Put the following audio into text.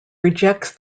rejects